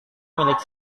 milik